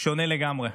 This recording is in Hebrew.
שונה לגמרי.